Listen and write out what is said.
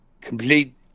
complete